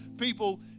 people